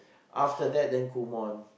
after that then Kumon